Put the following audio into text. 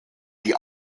die